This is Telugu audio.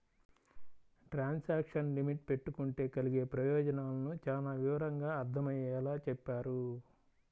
ట్రాన్సాక్షను లిమిట్ పెట్టుకుంటే కలిగే ప్రయోజనాలను చానా వివరంగా అర్థమయ్యేలా చెప్పాడు